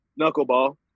knuckleball